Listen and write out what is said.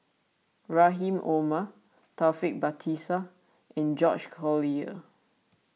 Rahim Omar Taufik Batisah and George Collyer